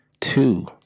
two